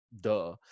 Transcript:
duh